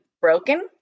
broken